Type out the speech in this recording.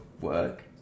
work